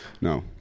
No